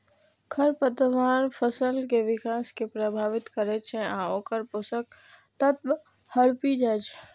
खरपतवार फसल के विकास कें प्रभावित करै छै आ ओकर पोषक तत्व हड़पि जाइ छै